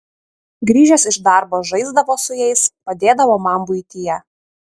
grįžęs iš darbo žaisdavo su jais padėdavo man buityje